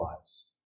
lives